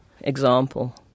example